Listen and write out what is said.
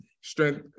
strength